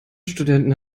studenten